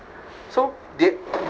so they